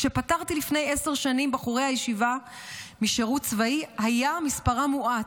כשפטרתי לפני עשר שנים בחורי הישיבה משירות צבאי היה מספרם מועט,